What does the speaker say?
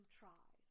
try